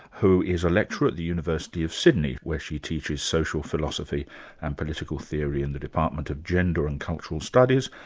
who is a lecturer at the university of sydney, where she teaches social philosophy and political theory in the department of gender and cultural studies,